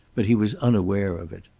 but he was unaware of it.